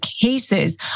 cases